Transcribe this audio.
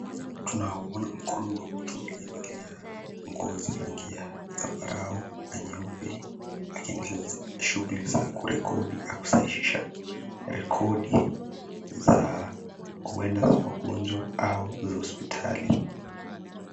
Tunaona mkono wa mtu aliyevalia nguo za rangi ya zambarau na nyeupe akiendeleza shughuli za kurekodi, na kusahishisha rekodi za huenda za wagonjwa au za hospitali.